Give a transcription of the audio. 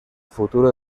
futuro